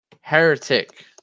heretic